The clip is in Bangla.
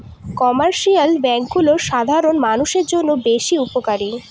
কমার্শিয়াল ব্যাঙ্কগুলো সাধারণ মানষের জন্য বেশ উপকারী